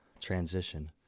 transition